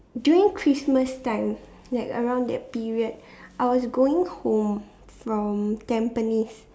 during Christmas time like around that period I was going home from Tampines